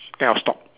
then I'll stop